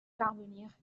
parvenir